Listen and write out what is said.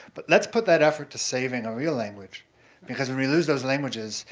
but let's put that effort to saving a real language because when we lose those languages,